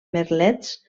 merlets